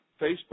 Facebook